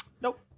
Nope